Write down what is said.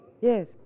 Yes